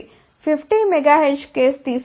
50 MHz case తీసుకుందాం